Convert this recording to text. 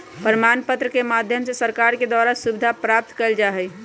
प्रमाण पत्र के माध्यम से सरकार के द्वारा सुविधा प्राप्त कइल जा हई